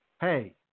Hey